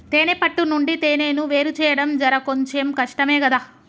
తేనే పట్టు నుండి తేనెను వేరుచేయడం జర కొంచెం కష్టమే గదా